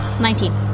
Nineteen